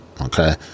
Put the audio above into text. Okay